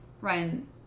Ryan